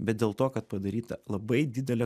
bet dėl to kad padaryta labai didelė